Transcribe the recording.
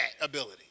ability